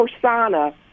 persona